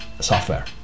software